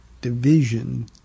division